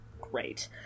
Great